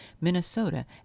Minnesota